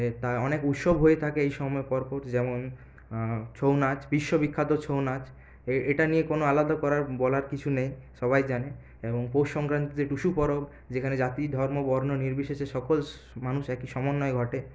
তাই অনেক উৎসব হয়ে থাকে এই সময় পর পর যেমন ছৌ নাচ বিশ্ব বিখ্যাত ছৌ নাচ এ এটা নিয়ে কোনো আলাদা করার বলার কিছু নেই সবাই জানে এবং পৌষ সংক্রান্তিতে টুসু পরব যেখানে জাতি ধর্ম বর্ণ নির্বিশেষে সকল মানুষ একই সমন্বয় ঘটে